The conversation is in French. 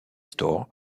store